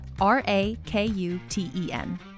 R-A-K-U-T-E-N